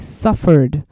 suffered